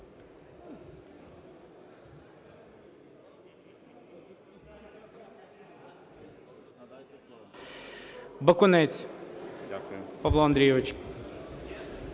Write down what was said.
Бакунець Павло Андрійович.